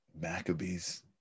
Maccabees